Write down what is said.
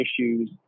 issues